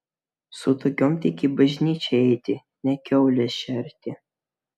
su tokiom tik į bažnyčią eiti ne kiaules šerti